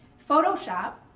photo shop,